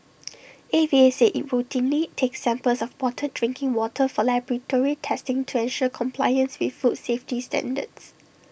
A V A said IT routinely takes samples of bottled drinking water for laboratory testing to ensure compliance with food safety standards